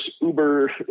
uber